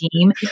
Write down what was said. team